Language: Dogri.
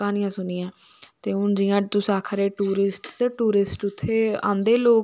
कहानियां सुनियैं तो हुन जियां तुस आखा दे टूरिस्ट ते टूरिस्ट उत्थे आंदे लोक